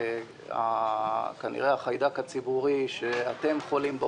כנראה החיידק הציבורי שאתם חולים בו,